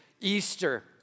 Easter